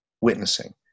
witnessing